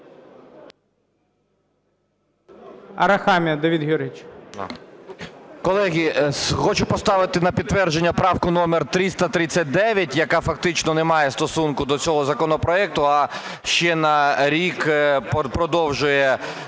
Колеги, хочу поставити на підтвердження правку номер 339, яка фактично не має стосунку до цього законопроекту, а ще на рік продовжує